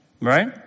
right